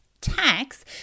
tax